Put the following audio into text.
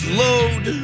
load